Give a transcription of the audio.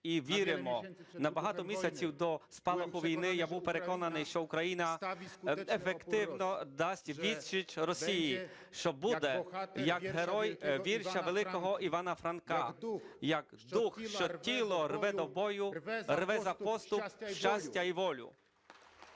і віримо. На багато місяців до спалаху війни я був переконаний, що Україна ефективно дасть відсіч Росії, що буде, як герой вірша великого Івана Франка, як "дух, що тіло рве до бою, рве за поступ, щастя й волю".